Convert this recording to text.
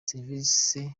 serivisi